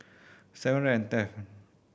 seven hundred and tenth